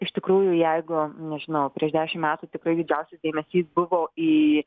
iš tikrųjų jeigu nežinau prieš dešim metų tikrai didžiausias dėmesys buvo į